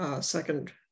second